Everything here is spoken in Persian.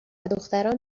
دختران